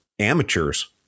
amateurs